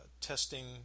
testing